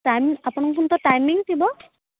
time ଆପଣଙ୍କର ପୁଣି ତ ଟାଇମିଙ୍ଗ୍ ଥିବ